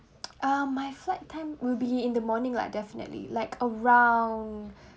um my flight time will be in the morning lah definitely like around